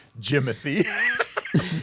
Jimothy